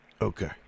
Okay